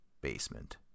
Basement